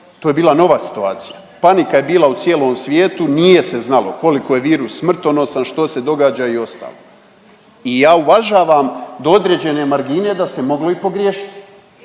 to je bila nova situacija, panika je bila u cijelom svijetu, nije se znalo koliko je virus smrtonosan, što se događa i ostalo i ja uvažavam do određene margine da se moglo i pogriješiti.